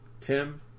Tim